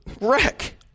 wreck